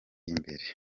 imbere